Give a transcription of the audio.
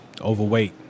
overweight